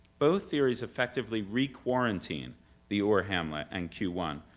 both theories effectively requarantined the ur-hamlet and q one,